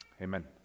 amen